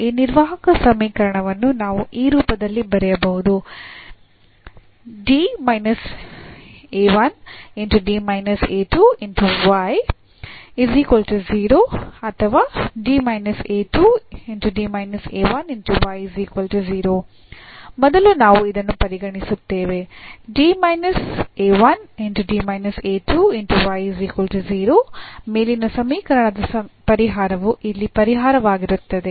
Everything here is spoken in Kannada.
ಈ ನಿರ್ವಾಹಕ ಸಮೀಕರಣವನ್ನು ನಾವು ಈ ರೂಪದಲ್ಲಿ ಬರೆಯಬಹುದು ಮೊದಲು ನಾವು ಇದನ್ನು ಪರಿಗಣಿಸುತ್ತೇವೆ ಮೇಲಿನ ಸಮೀಕರಣದ ಪರಿಹಾರವು ಇಲ್ಲಿ ಪರಿಹಾರವಾಗಿರುತ್ತದೆ